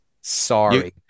Sorry